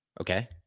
Okay